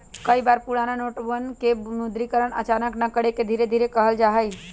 कई बार पुराना नोटवन के विमुद्रीकरण अचानक न करके धीरे धीरे कइल जाहई